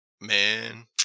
man